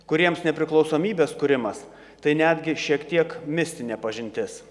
kuriems nepriklausomybės kūrimas tai netgi šiek tiek mistinė pažintis